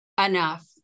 enough